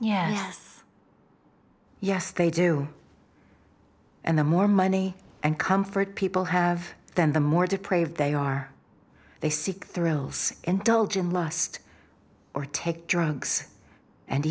yes yes they do and the more money and comfort people have then the more deprived they are they seek thrills indulge in lust or take drugs and